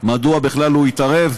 מדוע בכלל הוא התערב,